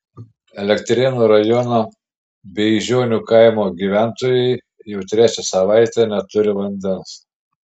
elektrėnų rajono beižionių kaimo gyventojai jau trečią savaitę neturi vandens